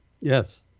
Yes